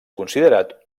considerat